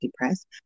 depressed